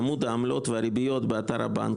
בעמוד העמלות והריביות באתר הבנק,